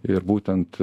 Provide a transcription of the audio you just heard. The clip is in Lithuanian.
ir būtent